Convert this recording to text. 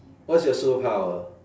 what's your superpower